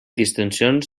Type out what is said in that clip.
distincions